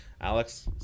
alex